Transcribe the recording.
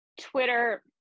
twitter